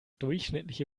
durchschnittliche